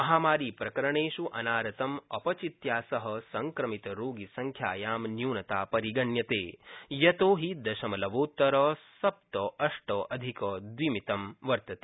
महामारी प्रकरणेष् अनारतं अपचित्या सह संक्रमितरोगिसंख्यायां न्यूनता परिगण्यते यतोहि दशमलवोत्तर सप्त अष्ट अधिक द्विमितं वर्तते